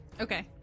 Okay